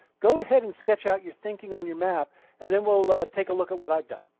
go ahead and sketch out your thinking on your map and then we'll take a look at what i've done.